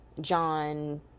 John